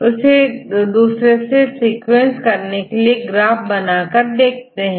x और y axis पर mi9 acid sequence plot करते हैं